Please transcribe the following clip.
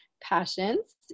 passions